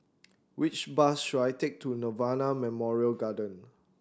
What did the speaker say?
which bus should I take to Nirvana Memorial Garden